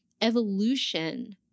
Evolution